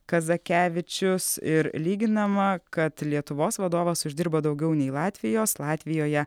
kazakevičius ir lyginama kad lietuvos vadovas uždirba daugiau nei latvijos latvijoje